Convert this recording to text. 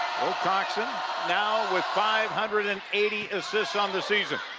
wilcoxon now with five hundred and eighty assists on the season.